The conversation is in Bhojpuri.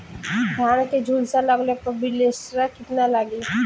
धान के झुलसा लगले पर विलेस्टरा कितना लागी?